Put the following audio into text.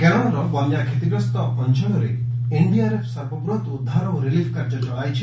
କେରଳର ବନ୍ୟା କ୍ଷତିଗ୍ରସ୍ତ ଅଞ୍ଚଳରେ ଏନ୍ଡିଆର୍ଏଫ୍ ସର୍ବବୃହତ ଉଦ୍ଧାର ଓ ରିଲିଫ୍ କାର୍ଯ୍ୟ ଚଳାଇଛି